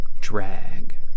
drag